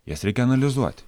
jas reikia analizuoti